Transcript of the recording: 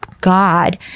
God